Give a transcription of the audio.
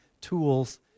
tools